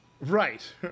Right